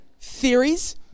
theories